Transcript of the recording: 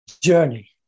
journey